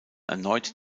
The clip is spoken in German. erneut